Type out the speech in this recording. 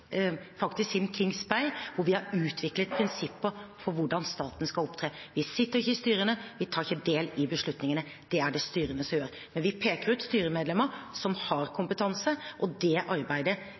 Kings Bay, og vi har utviklet prinsipper for hvordan staten skal opptre. Vi sitter ikke i styrene. Vi tar ikke del i beslutningene; det er det styrene som gjør. Men vi peker ut styremedlemmer som har kompetanse, og det arbeidet